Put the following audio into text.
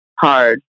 Hard